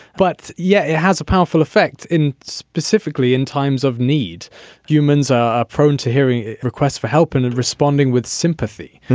but yes it has a powerful effect. and specifically in times of need humans are prone to hearing requests for help in and responding with sympathy.